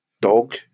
dog